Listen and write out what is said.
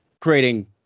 creating